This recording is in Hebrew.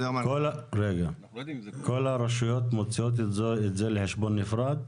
כל הרשויות מוציאות את זה לחשבון נפרד?